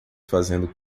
fazendo